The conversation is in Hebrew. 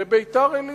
בביתר-עילית,